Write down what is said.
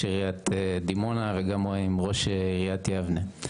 עיריית דימונה וגם עם ראש עיריית יבנה,